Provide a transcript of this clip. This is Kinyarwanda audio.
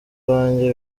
iwanjye